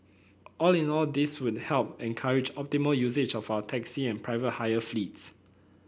all in all this would help encourage optimal usage of our taxi and private hire fleets